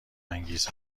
انگیز